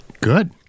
Good